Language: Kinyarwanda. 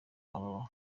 babaho